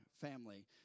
family